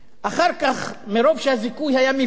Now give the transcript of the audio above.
אחר כך, מרוב שהזיכוי היה מביך,